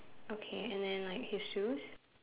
okay and then like his shoes